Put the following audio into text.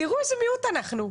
תראו איזה מיעוט אנחנו.